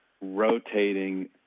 rotating